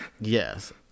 Yes